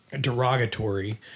derogatory